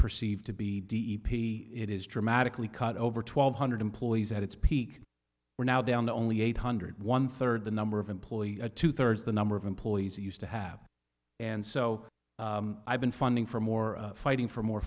perceived to be d e p t it is dramatically cut over twelve hundred employees at its peak we're now down to only eight hundred one third the number of employees a two thirds the number of employees used to have and so i've been funding for more fighting for more